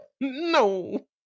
No